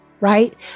right